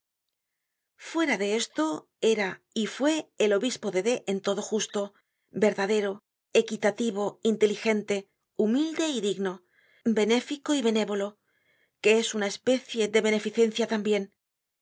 fuera de esto era y fue el obispo de d en todo justo verdadero equitativo inteligente humilde y digno benéfico y benévolo que es una especie de beneficencia tambien era